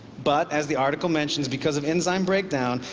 but as the article mentions, because of enzyme breakdown,